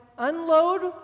Unload